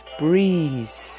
breeze